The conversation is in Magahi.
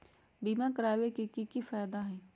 बीमा करबाबे के कि कि फायदा हई?